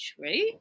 right